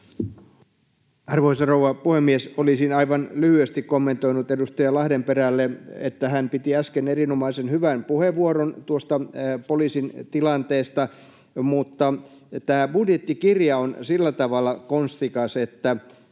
Arvoisa rouva puhemies! Olisin aivan lyhyesti kommentoinut edustaja Lahdenperälle, että hän piti äsken erinomaisen hyvän puheenvuoron tuosta poliisin tilanteesta. Mutta tämä budjettikirja on sillä tavalla konstikas, että